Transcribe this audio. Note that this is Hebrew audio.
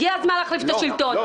הגיע הזמן להחליף את השלטון.